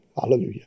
Hallelujah